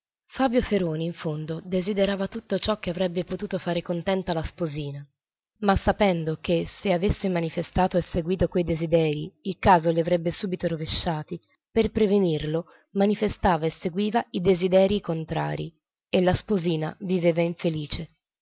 fabio feroni in fondo desiderava tutto ciò che avrebbe potuto far contenta la sposina ma sapendo che se avesse manifestato e seguito quei desiderii il caso li avrebbe subito rovesciati per prevenirlo manifestava e seguiva i desiderii contrarii e la sposina viveva infelice